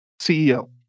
CEO